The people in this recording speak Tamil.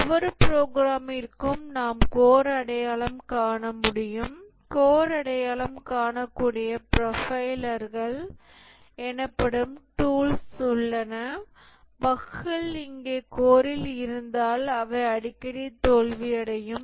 ஒவ்வொரு ப்ரோக்ராமிற்கும் நாம் கோர் அடையாளம் காண முடியும் கோர் அடையாளம் காணக்கூடிய ப்ரொஃபைலர்கள் எனப்படும் டூல்கள் உள்ளன பஃக்கள் இங்கே கோரில் இருந்தால் அவை அடிக்கடி தோல்வியடையும்